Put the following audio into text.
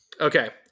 Okay